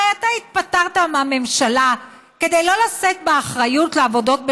הרי אתה התפטרת מהממשלה כדי שלא לשאת באחריות לעבודות בשבת,